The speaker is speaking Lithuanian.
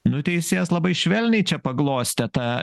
nu teisėjas labai švelniai čia paglostė tą